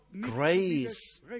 grace